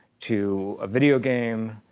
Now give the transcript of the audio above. to a video game,